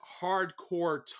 hardcore